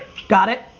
got it?